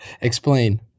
Explain